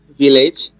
village